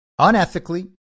unethically